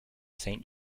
saint